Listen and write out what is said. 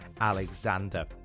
Alexander